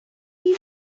imi